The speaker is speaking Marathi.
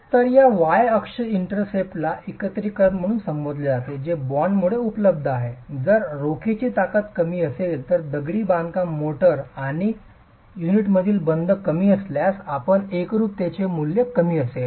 तर या y अक्ष इंटरसेप्टला एकत्रीकरण म्हणून संबोधले जाते जे बाँडमुळे उपलब्ध आहे जर रोखेची ताकद कमी असेल तर दगडी बांधकाम मोर्टार आणि युनिटमधील बंध कमी असल्यास आपल्यात एकरूपतेचे मूल्य कमी असेल